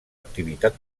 activitat